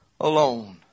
alone